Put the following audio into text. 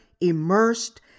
immersed